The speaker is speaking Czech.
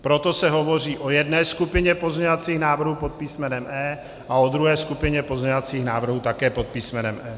Proto se hovoří o jedné skupině pozměňovacích návrhů pod písmenem E a o druhé skupině pozměňovacích návrhů také pod písmenem E.